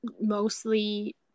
mostly